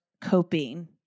coping